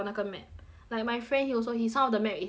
like my friend he also his some of the map is 他自己 create